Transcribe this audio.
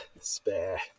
spare